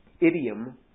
idiom